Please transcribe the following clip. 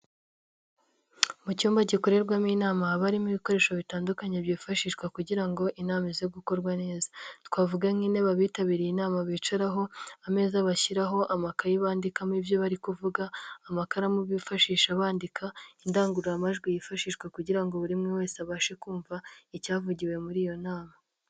Mu cyumba gikorerwamo inama habamo ibikoresho bitandukanye byifashishwa kugira ngo inama imaze gukorwa neza. Twavuga nk'intebe abitabiriye inama bicaraho, ameza bashyiraho amakayi bandikamo iyo bari kuvuga, amakaramu bifashisha bandika, indangururamajwi yifashishwa kugira ngo buri muntu wese abashe kumva icyavugiwe muri iyo nama.